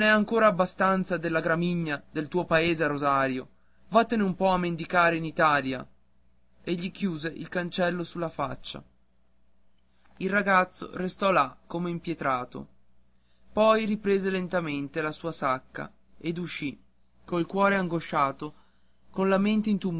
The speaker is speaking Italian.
n'è ancora abbastanza della gramigna del tuo paese a rosario vattene un po a mendicare in italia e gli chiuse il cancello sulla faccia il ragazzo restò là come impietrato poi riprese lentamente la sua sacca ed uscì col cuore angosciato con la mente